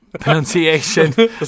pronunciation